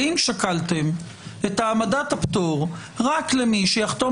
האם שקלתם את העמדת הפטור רק למי שיחתום